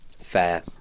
Fair